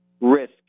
risk